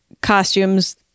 costumes